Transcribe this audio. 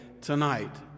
tonight